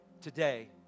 today